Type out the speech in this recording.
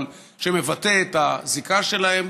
אבל שמבטא את הזיקה שלהם,